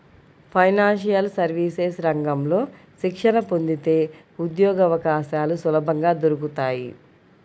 financial services రంగంలో శిక్షణ పొందితే ఉద్యోగవకాశాలు సులభంగా దొరుకుతాయి